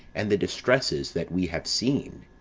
and the distresses that we have seen